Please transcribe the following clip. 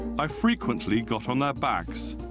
i frequently got on their backs,